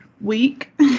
week